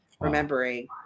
remembering